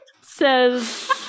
says